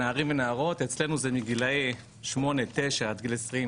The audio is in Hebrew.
נערים ונערות אצלנו זה מגילאי 8-9 עד גיל 21